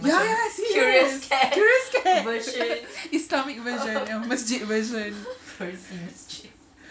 ya serious curious cat islamic version masjid version